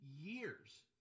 years